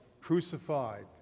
crucified